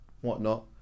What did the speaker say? whatnot